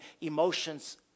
emotions